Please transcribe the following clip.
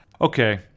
Okay